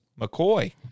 McCoy